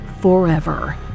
forever